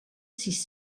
sis